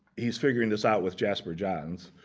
he's figuring this out with jasper johns.